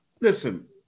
Listen